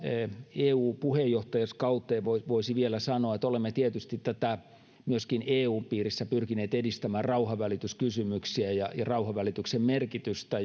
eu puheenjohtajuuskauteen voisi vielä sanoa että olemme tietysti myöskin eun piirissä pyrkineet edistämään rauhanvälityskysymyksiä ja ja rauhanvälityksen merkitystä